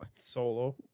solo